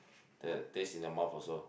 that taste in the mouth also